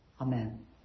Amen